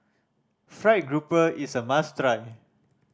fried grouper is a must try